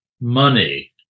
money